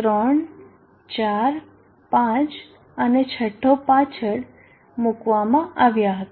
ત્રણ ચાર પાંચ અને છઠો પાછળ મૂકવામાં આવ્યા હતા